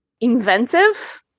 inventive